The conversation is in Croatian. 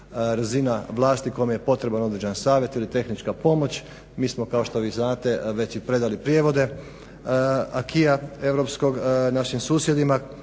razina vlasti kojima je potreban određen savjet ili tehnička pomoć, mi smo kao što vi znate već i predali prijevode acquis-a europskog našim susjedima